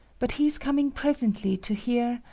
but he is coming presently to hear